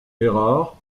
errard